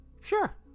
Sure